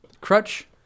crutch